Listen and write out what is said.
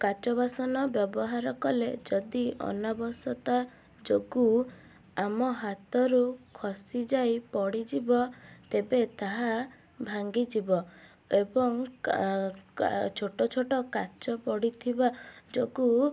କାଚ ବାସନ ବ୍ୟବହାର କଲେ ଯଦି ଅସାବଧାନତା ଯୋଗୁଁ ଆମ ହାତରୁ ଖସିଯାଇ ପଡ଼ିଯିବ ତେବେ ତାହା ଭାଙ୍ଗି ଯିବ ଏବଂ ଛୋଟ ଛୋଟ କାଚ ପଡ଼ିଥିବା ଯୋଗୁଁ